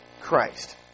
Christ